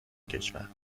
کشور